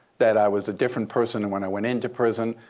that i was a different person than when i went into prison.